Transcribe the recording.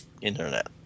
internet